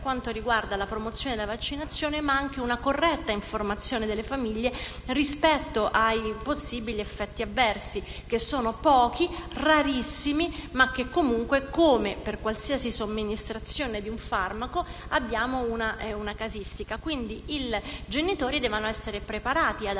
vaccinale, per la promozione della vaccinazione, ma anche per una corretta informazione delle famiglie rispetto ai possibili effetti avversi, che sono pochi, rarissimi, ma sui quali comunque, come per qualsiasi somministrazione di un farmaco, abbiamo una casistica. I genitori, quindi, devono essere preparati ad